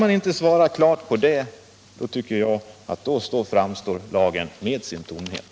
Kan inte arbetsmarknadsministern ge ett klart svar på den frågan, framstår arbetsmiljölagen i all sin tomhet.